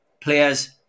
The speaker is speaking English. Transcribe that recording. players